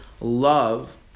love